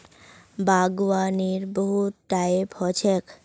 बागवानीर बहुत टाइप ह छेक